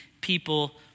people